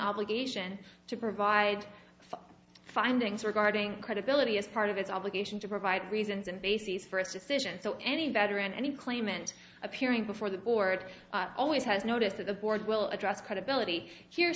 obligation to provide findings regarding credibility as part of its obligation to provide reasons and bases for its decision so any better and any claimant appearing before the board always has noticed that the board will address credibility here